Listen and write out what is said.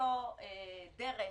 למצוא דרך